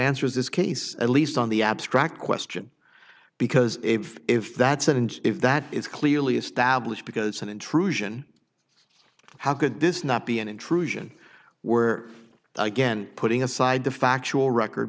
answers this case at least on the abstract question because if that's it and if that is clearly established because an intrusion how could this not be an intrusion were again putting aside the factual record